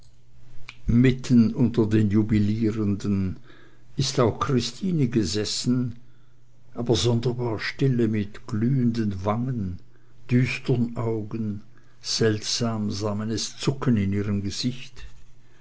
mitten unter den jubilierenden ist auch christine gesessen aber sonderbar stille mit glühenden wangen düstern augen seltsam sah man es zucken in ihrem gesichte